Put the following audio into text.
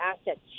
assets